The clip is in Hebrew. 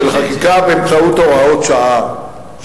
של חקיקה באמצעות הוראות שעה,